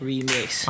Remix